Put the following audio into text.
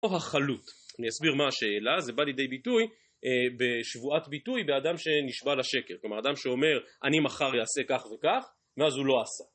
החלוט. אני אסביר מה השאלה, זה בא לידי ביטוי בשבועת ביטוי באדם שנשבע לשקר. כלומר, אדם שאומר, אני מחר אעשה כך וכך, ואז הוא לא עשה.